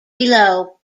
below